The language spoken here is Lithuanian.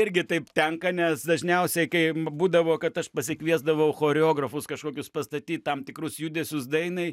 irgi taip tenka nes dažniausiai kai būdavo kad aš pasikviesdavau choreografus kažkokius pastatyt tam tikrus judesius dainai